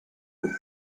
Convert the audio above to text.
and